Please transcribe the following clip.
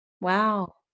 Wow